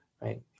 right